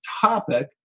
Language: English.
topic